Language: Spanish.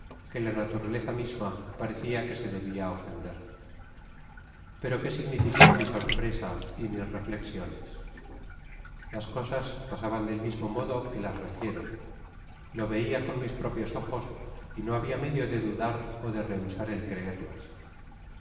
que la naturaleza misma parecía que se debia ofender pero qué significaba mi sorpresa y mis reflexiones las cosas pasaban del mismo modo que las refiero lo veia con mis propios ojos y no habia medio de dudar ó de rehusar el creerlas